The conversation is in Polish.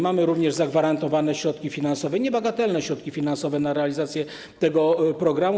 Mamy również zagwarantowane środki finansowe, niebagatelne środki finansowe na realizację tego programu.